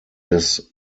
des